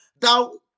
Thou